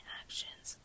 actions